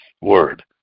word